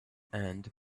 and